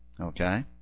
Okay